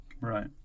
Right